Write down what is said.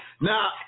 Now